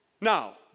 Now